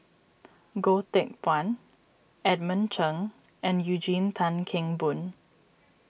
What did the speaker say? Goh Teck Phuan Edmund Cheng and Eugene Tan Kheng Boon